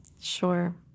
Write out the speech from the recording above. Sure